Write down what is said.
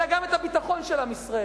אלא גם את הביטחון של עם ישראל.